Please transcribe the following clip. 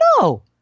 No